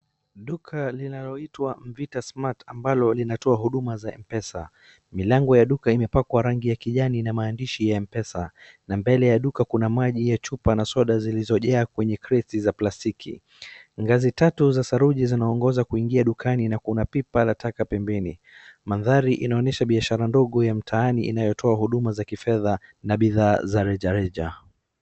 Duka linaloitwa mpita smart ambalo linatoa huduma za mpesa, milango ya duka imepakwa rangi ya kijani na maandishi ya mpesa, na mbele ya duka kuna maji ya chupa na soda zilizojaa kwenye kreti za plastiki. Ngazi tatu za saruji zinaongoza kuingia dukani na kuna pipa la taka pembeni. Mandahri inaonyesha biashara ndogo ya mtaani inayotoa huduma za kifedha na bidhaa za reja reja.